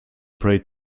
prayed